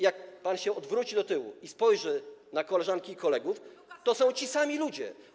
Jak pan się odwróci i spojrzy na koleżanki i kolegów, to są to ci sami ludzie.